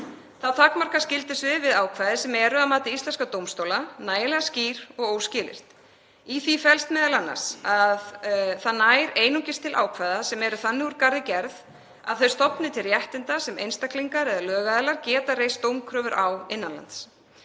Þá takmarkast gildissviðið við ákvæði sem eru að mati íslenskra dómstóla nægjanlega skýr og óskilyrt. Í því felst m.a. að það nær einungis til ákvæða sem eru þannig úr garði gerð að þau stofni til réttinda sem einstaklingar eða lögaðilar geta reist dómkröfur á innan lands.